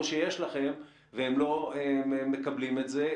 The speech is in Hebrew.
או שיש לכם והם לא מקבלים את זה,